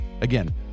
Again